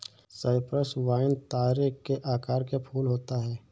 Cyprus vine तारे के आकार के फूल होता है